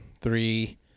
three